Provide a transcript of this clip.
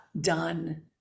done